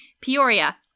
Peoria